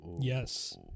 Yes